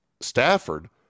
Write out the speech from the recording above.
Stafford